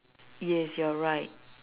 yes you are right